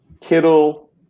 Kittle